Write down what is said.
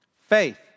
faith